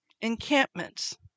encampments